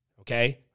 okay